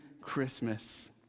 Christmas